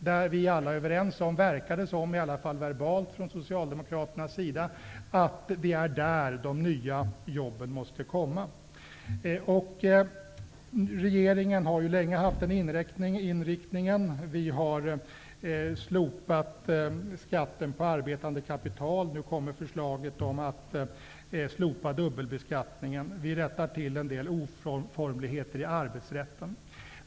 Vi är alla överens om -- det verkar i varje fall som om socialdemokraterna verbalt ansluter sig till det -- att det är därifrån som de nya jobben måste komma. Regeringen har länge haft den inriktningen. Vi har slopat skatten på arbetande kapital, och nu kommer förslaget om att slopa dubbelbeskattningen. Vi rättar också till en del oformligheter i arbetsrätten.